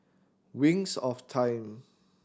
Wings of Time